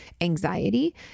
anxiety